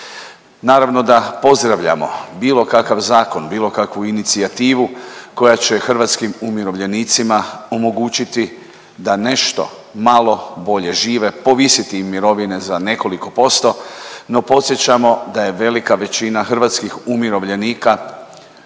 Naravno da pozdravljamo bilo kakav zakon, bilo kakvu inicijativu koja će hrvatskim umirovljenicima omogućiti da nešto malo bolje žive, povisiti im mirovine za nekoliko posto. No, podsjećamo da je velika većina hrvatskih umirovljenika